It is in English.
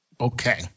Okay